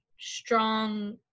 strong